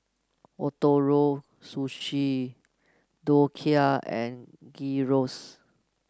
Ootoro Sushi Dhokla and Gyros